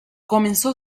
comenzó